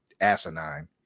asinine